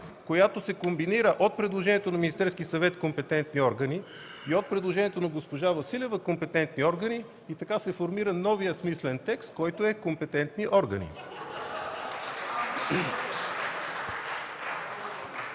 която се комбинира от предложението на Министерския съвет „Компетентни органи” и от предложението на госпожа Василева „Компетентни органи”, и така се формира новият смислен текст: „Компетентни органи”.